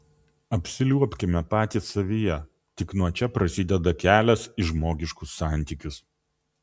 apsiliuobkime patys savyje tik nuo čia prasideda kelias į žmogiškus santykius